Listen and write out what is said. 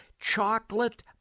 chocolate